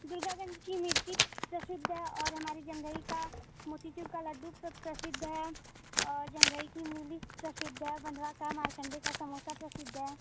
दुर्गागंज की मिट्टी प्रसिद्द है और हमारी जंघई का मोतीचूर का लड्डू प्र प्रसिद्ध है और जंघई की मूली प्रसिद्ध है भंधवा का मारखंडे का समोसा प्रसिद्ध है